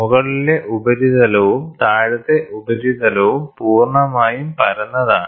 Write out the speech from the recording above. മുകളിലെ ഉപരിതലവും താഴത്തെ ഉപരിതലവും പൂർണ്ണമായും പരന്നതാണ്